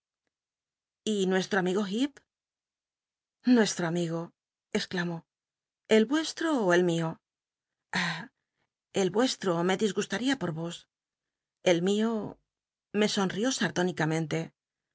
y nueslt'o amigo llcep nuestro amigo exclamó el vuestro ó el mio ah el m cstro me disgusta ría por vos el mio me sonrío